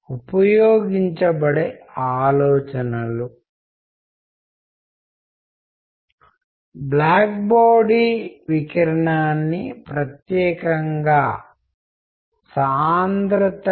మీరు ప్రదర్శించే వివిధ రకాల భావోద్వేగఎమోషనల్emotional మరియు అభిజ్ఞాత్మకకాగ్నిటివ్cognitive లక్షణాలు ఇవి సామాజిక మర్యాదలు